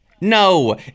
No